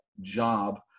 job